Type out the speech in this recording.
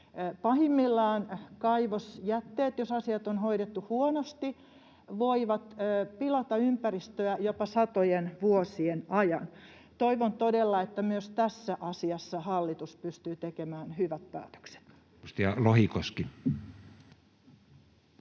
Pahimmillaan kaivosjätteet, jos asiat on hoidettu huonosti, voivat pilata ympäristöä jopa satojen vuosien ajan. Toivon todella, että myös tässä asiassa hallitus pystyy tekemään hyvät päätökset.